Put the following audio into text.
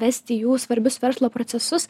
vesti jų svarbius verslo procesus